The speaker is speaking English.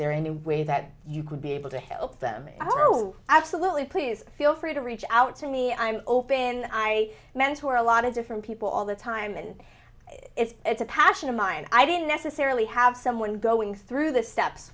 there any way that you could be able to help them oh oh absolutely please feel free to reach out to me i'm open and i mentor a lot of different people all the time and it's a passion of mine i didn't necessarily have someone going through the steps